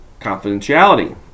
confidentiality